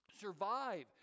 survive